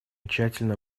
тщательно